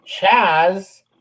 Chaz